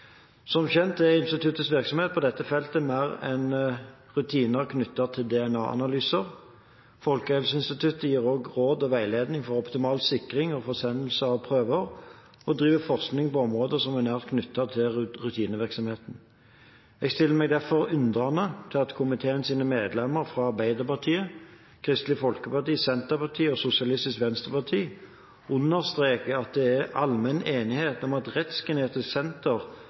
Som kjent er instituttets virksomhet på dette feltet mer enn rutiner knyttet til DNA-analyser. Folkehelseinstituttet gir også råd og veiledning for optimal sikring og forsendelse av prøver, og driver forskning på områder som er nært knyttet til rutinevirksomheten. Jeg stiller meg derfor undrende til at komiteens medlemmer fra Arbeiderpartiet, Kristelig Folkeparti, Senterpartiet og SV understreker at det er allmenn enighet om at Rettsgenetisk senter